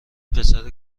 پسر